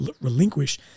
relinquish